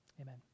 amen